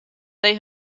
they